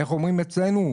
איך אומרים אצלנו?